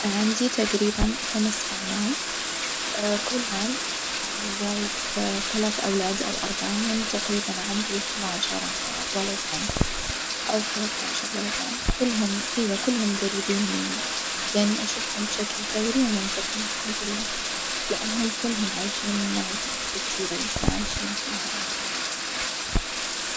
عندي تجريبًا خمس أعمام كل عم جايب ثلاث أولاد أو أربعة يعني تقريبًا عندي اثنا عشر ولد عم، أو ثلاث عشر ولد عم كلهم أيوة كلهم جريبين مني، يعني أشوفهم بشكل دوري ومنتظم الحمدلله لأنهم كلهم عايشين معي في نفس الديرة اللي إحنا عايشين فيها يعني.